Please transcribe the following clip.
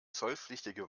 zollpflichtige